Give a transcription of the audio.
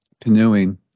canoeing